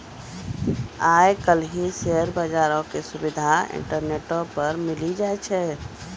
आइ काल्हि शेयर बजारो के सुविधा इंटरनेटो पे मिली जाय छै